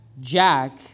Jack